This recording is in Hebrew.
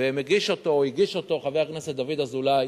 ומגיש אותו או הגיש אותו חבר הכנסת דוד אזולאי,